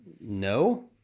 no